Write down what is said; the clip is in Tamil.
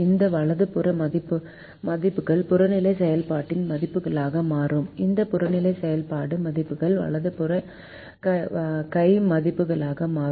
இந்த வலது புற மதிப்புகள் புறநிலை செயல்பாட்டு மதிப்புகளாக மாறும் இந்த புறநிலை செயல்பாட்டு மதிப்புகள் வலது கை மதிப்புகளாக மாறும்